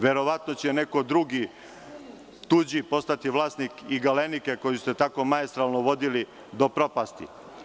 Verovatno će neko drugi, tuđi, postati vlasnik „Galenike“, koju ste tako maestralno vodili do propasti.